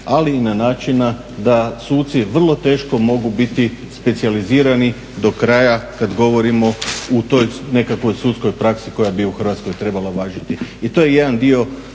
ali i načina da suci vrlo teško mogu biti specijalizirani do kraja kada govorimo u toj nekakvoj sudskoj praksi koja bi u Hrvatskoj trebala važiti. I to je jedan dio